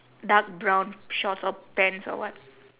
dark brown shorts or pants or what